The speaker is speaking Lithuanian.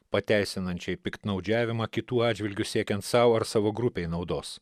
pateisinančiai piktnaudžiavimą kitų atžvilgiu siekiant sau ar savo grupei naudos